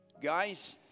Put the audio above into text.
guys